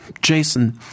Jason